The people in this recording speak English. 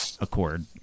Accord